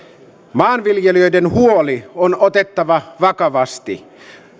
maanviljelijöiden huoli on otettava vakavasti